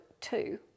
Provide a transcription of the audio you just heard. two